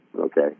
okay